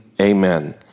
amen